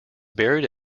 buried